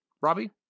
Robbie